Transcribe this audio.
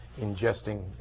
ingesting